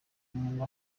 umuntu